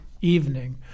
evening